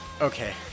okay